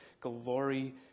glory